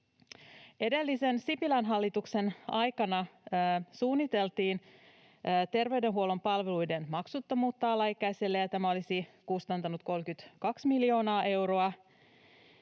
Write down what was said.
Edellisen, Sipilän hallituksen aikana suunniteltiin terveydenhuollon palveluiden maksuttomuutta alaikäisille, ja tämä olisi kustantanut 32 miljoonaa euroa.